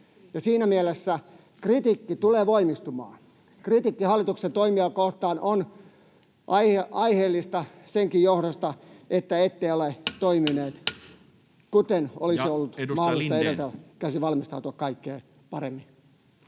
Siinä mielessä kritiikki tulee voimistumaan. Kritiikki hallituksen toimia kohtaan on aiheellista senkin johdosta, että ette ole toimineet, kuten olisi ollut mahdollista edeltä käsin valmistautua kaikkeen paremmin.